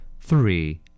Three